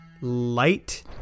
light